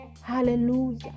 Hallelujah